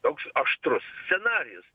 toks aštrus scenarijus